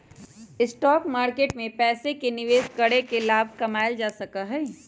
stock market में पैसे के निवेश करके लाभ कमावल जा सका हई